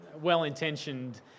well-intentioned